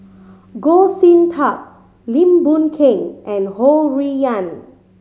Goh Sin Tub Lim Boon Keng and Ho Rui An